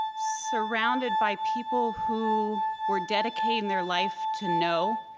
surrounded by people who were dedicating their life to no,